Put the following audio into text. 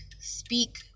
Speak